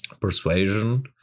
persuasion